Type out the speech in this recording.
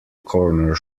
corner